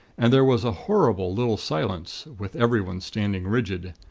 and there was a horrible little silence, with everyone standing rigid.